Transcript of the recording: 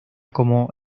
como